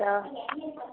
तब